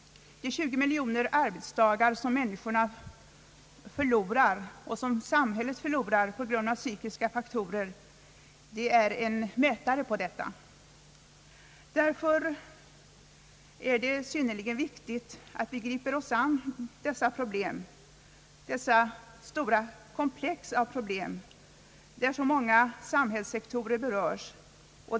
De 20 miljoner arbetsdagar som människorna förlorar och som samhället förlorar på grund av psykiska störningar är en mätare på detta. Därför är det synnerligen viktigt att vi griper oss an med dessa problem, detta stora komplex av problem, där så många samhällsfaktorer berörs.